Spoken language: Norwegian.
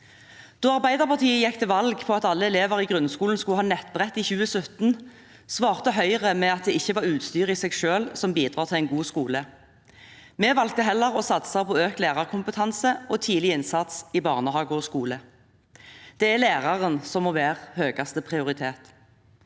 Da Arbeiderpartiet i 2017 gikk til valg på at alle elever i grunnskolen skulle ha nettbrett, svarte Høyre med at det ikke er utstyret i seg selv som bidrar til en god skole. Vi valgte heller å satse på økt lærerkompetanse og tidlig innsats i barnehage og skole. Det er læreren som må ha høyeste prioritet.